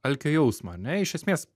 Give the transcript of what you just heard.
alkio jausmą ar ne iš esmės